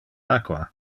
aqua